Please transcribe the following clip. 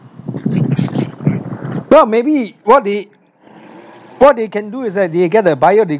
well maybe what they what they can do is that they get the buyer they